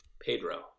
Pedro